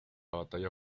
batalla